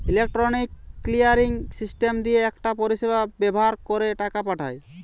electronic clearing system দিয়ে একটা পরিষেবা ব্যাভার কোরে টাকা পাঠায়